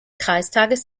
kreistages